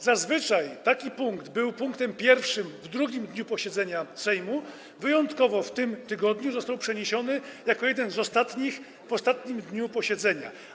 Zazwyczaj taki punkt był punktem pierwszym w drugim dniu posiedzenia Sejmu, wyjątkowo w tym tygodniu został przeniesiony i będzie rozpatrywany jako jeden z ostatnich, w ostatnim dniu posiedzenia.